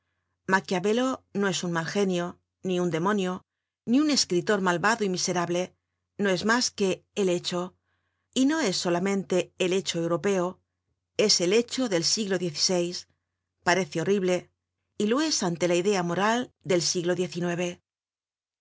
á maquiavelo maquiavelo no es un mal genio ni un demonio ni un escritor malvado y miserable no es nada mas que el hecho y no es solamente el hecho europeo es el hecho del siglo xvi parece horrible y lo es ante la idea moral del siglo